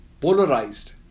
polarized